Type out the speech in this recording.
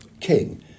King